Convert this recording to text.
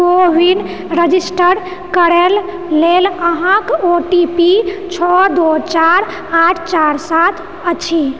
को विन रजिस्टर करै लेल अहाँकेँ ओ टी पी छओ दू चारि आठ चारि सात अछि